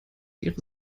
ihre